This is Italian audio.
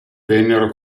vennero